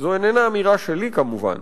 זו איננה אמירה שלי, כמובן.